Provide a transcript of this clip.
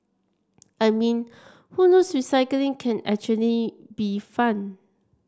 I mean who knows recycling can actually be fun